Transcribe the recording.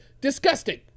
disgusting